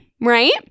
right